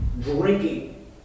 drinking